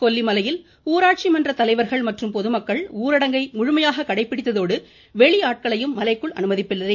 கொல்லிமலையில் ஊராட்சி மன்ற தலைவர்கள் மற்றும் பொதுமக்கள் ஊரடங்கை முழுமையாக கடைபிடித்ததோடு வெளியாட்களையும் மலைக்குள் அனுமதிப்பதில்லை